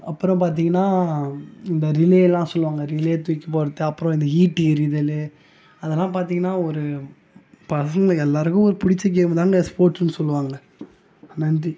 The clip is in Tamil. அப்புறம் பார்த்தீங்கன்னா இந்த ரிலே எல்லாம் சொல்லுவாங்கள் ரிலே தூக்கி போடுறது அப்புறம் இந்த ஈட்டி எறிதலு அதெல்லாம் பார்த்தீங்கன்னா ஒரு பசங்கள் எல்லாருக்கும் ஒரு பிடிச்சு கேம் தானே ஸ்போர்ட்ஸ்னு சொல்லுவாங்கள் நன்றி